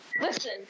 listen